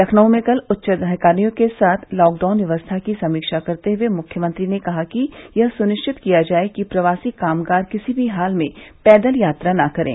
लखनऊ में कल उच्चाधिकारियों के साथ लॉकडाउन व्यवस्था की समीक्षा करते हुए मुख्यमंत्री ने कहा कि यह सुनिश्चित किया जाये कि प्रवासी कामगार किसी भी हाल में पैदल यात्रा न करें